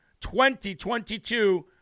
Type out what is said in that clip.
2022